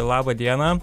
laba diena